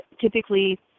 typically